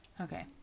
Okay